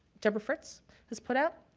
deborah fritz has put out.